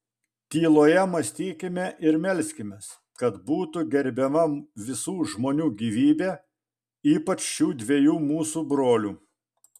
tyloje mąstykime ir melskimės kad būtų gerbiama visų žmonių gyvybė ypač šių dviejų mūsų brolių